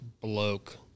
bloke